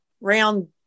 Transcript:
round